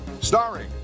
starring